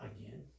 Again